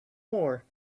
more